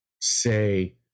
say